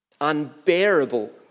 unbearable